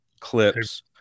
Clips